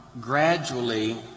gradually